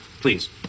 please